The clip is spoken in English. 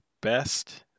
best